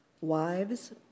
Wives